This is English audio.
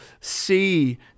see